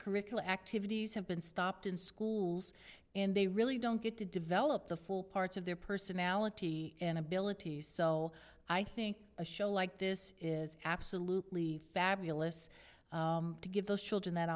curricular activities have been stopped in schools and they really don't get to develop the full parts of their personality and abilities i think a show like this is absolutely fabulous to give those children that